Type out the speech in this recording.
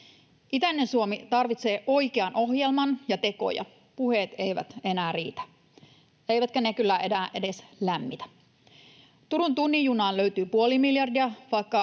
Itäinen Suomi tarvitsee oikean ohjelman ja tekoja, puheet eivät enää riitä, eivätkä ne enää edes lämmitä. Turun tunnin junaan löytyy puoli miljardia,